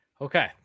Okay